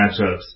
matchups